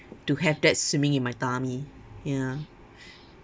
to have that swimming in my tummy ya